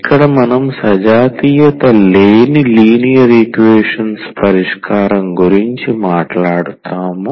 ఇక్కడ మనం సజాతీయత లేని లీనియర్ ఈక్వేషన్స్ పరిష్కారం గురించి మాట్లాడుతాము